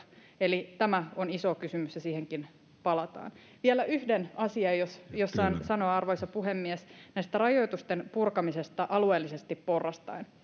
eli tämä on iso kysymys ja siihenkin palataan vielä yhden asian jos jos saan sanoa arvoisa puhemies näiden rajoitusten purkamisesta alueellisesti porrastaen